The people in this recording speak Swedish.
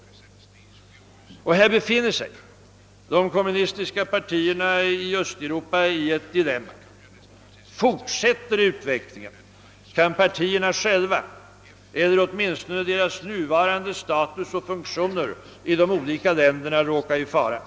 Och härvidlag befinner sig de kommunistiska partierna i Östeuropa, anser Beedham, i ett olösligt dilemma. Fortsätter utvecklingen kan partierna själva eller åtminstone deras nuvarande status och funktioner i de olika länderna råka i fara.